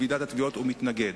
בוועידת התביעות הוא מתנדב.